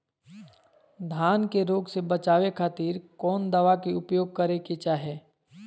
धान के रोग से बचावे खातिर कौन दवा के उपयोग करें कि चाहे?